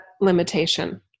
limitation